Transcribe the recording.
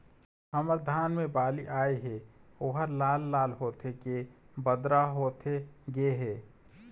हमर धान मे बाली आए हे ओहर लाल लाल होथे के बदरा होथे गे हे?